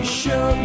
show